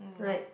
right